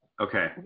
Okay